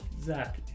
Zach